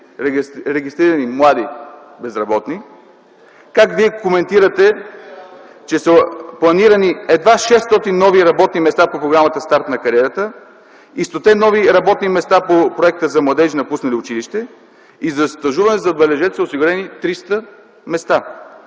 регистрирани млади безработни, как Вие коментирате, че са планирани едва 600 нови работни места по Програмата „Старт на кариерата” и стоте нови работни места по „Проект за младежи, напуснали училище”? За стажуване, забележете, са осигурени 300 места.